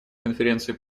конференции